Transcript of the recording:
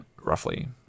roughly